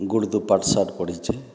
good ତେ ପାଠ୍ ଶାଠ ପଢ଼ିଛେ